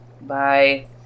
Bye